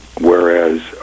whereas